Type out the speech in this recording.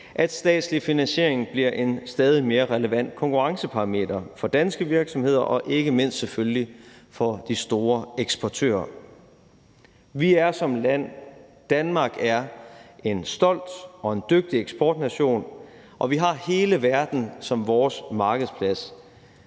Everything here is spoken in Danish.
at statslig finansiering bliver en stadig mere relevant konkurrenceparameter for danske virksomheder og ikke mindst, selvfølgelig, for de store eksportører. Danmark er en stolt og en dygtig eksportnation, og vi har hele verden som vores markedsplads.